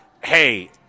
hey